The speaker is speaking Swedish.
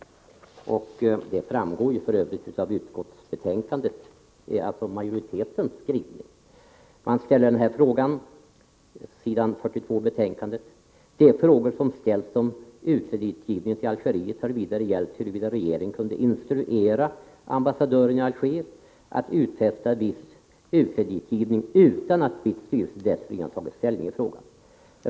Det framgår för övrigt också av majoritetens skrivning i betänkandet. På s. 42 står det nämligen: ”De frågor som ställts om u-kreditgivningen till Algeriet har vidare gällt huruvida regeringen kunde instruera ambassadören i Alger att utfästa viss u-kreditgivning utan att BITS styrelse dessförinnan tagit ställning till frågan.